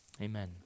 Amen